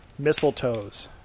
Mistletoes